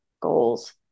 goals